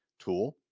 Tool